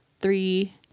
three